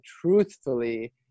truthfully